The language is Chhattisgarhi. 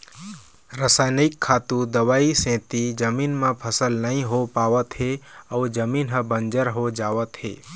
रसइनिक खातू, दवई के सेती जमीन म फसल नइ हो पावत हे अउ जमीन ह बंजर हो जावत हे